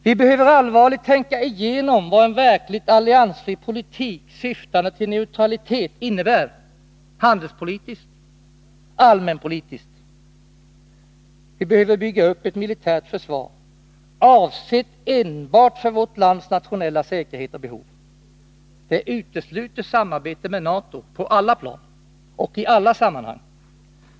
Vi behöver allvarligt tänka igenom vad en verkligt alliansfri politik, syftande till neutralitet, innebär — handelspolitiskt och allmänpolitiskt. Vi behöver bygga upp ett militärt försvar, avsett enbart för vårt lands nationella säkerhet och behov. Det utesluter samarbete med NATO på alla plan och i alla sammanhang.